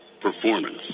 performance